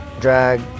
drag